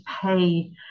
pay